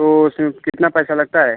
तो उसमें कितना पैसा लगता है